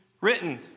written